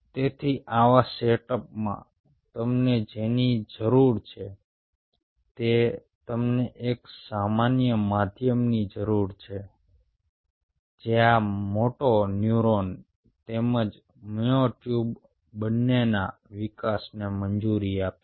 તેથી આવા સેટઅપમાં તમને જેની જરૂર છે તે તમને એક સામાન્ય માધ્યમની જરૂર છે જે આ મોટો ન્યુરોન તેમજ મ્યોટ્યુબ બંનેના વિકાસને મંજૂરી આપશે